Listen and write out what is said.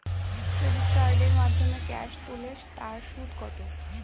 Credit কার্ডের মাধ্যমে cash তুলে তার সুদ কত?